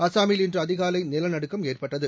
அசாமில் இன்று அதிகாலை நிலநடுக்கம் ஏற்பட்டது